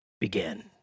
Begin